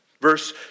verse